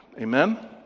Amen